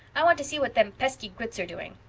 i want to see what them pesky grits are doing.